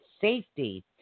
safety